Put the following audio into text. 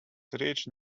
reached